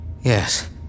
Yes